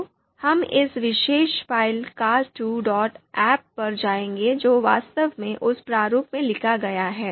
तो हम इस विशेष फ़ाइल car2ahp पर जाएंगे जो वास्तव में उस प्रारूप में लिखा गया है